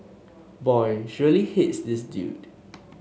boy she really hates this dude